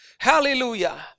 Hallelujah